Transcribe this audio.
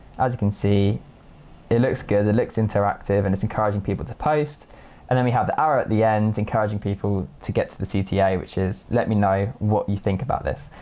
as you can see it looks good, it looks interactive and it's encouraging people to post and then we have the arrow at the end encouraging people to get to the cta which is let me know what you think about this.